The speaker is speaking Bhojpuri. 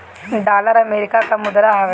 डॉलर अमेरिका कअ मुद्रा हवे